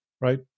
right